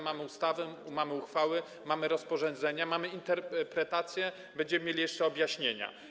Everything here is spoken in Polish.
Mamy ustawy, mamy uchwały, mamy rozporządzenia, mamy interpretacje, będziemy mieli jeszcze objaśnienia.